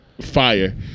Fire